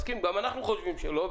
גם אנחנו חושבים שלא,